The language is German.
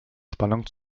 spannung